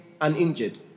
uninjured